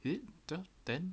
is it twelve ten